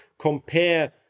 compare